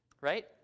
right